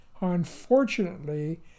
Unfortunately